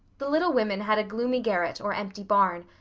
the little women had a gloomy garret or empty barn,